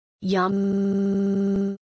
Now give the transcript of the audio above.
yum